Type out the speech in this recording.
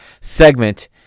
segment